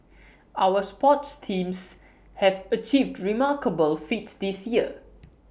our sports teams have achieved remarkable feats this year